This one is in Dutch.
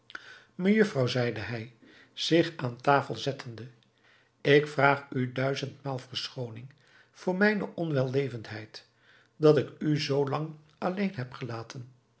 mejufvrouw zeide hij zich aan tafel zettende ik vraag u duizendmaal verschooning voor mijne onwellevendheid dat ik u zoo lang alleen heb gelaten